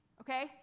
Okay